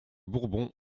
bourbon